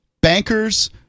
bankers